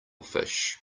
fish